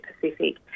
Pacific